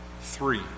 three